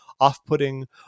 off-putting